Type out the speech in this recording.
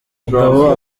mugabe